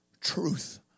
truth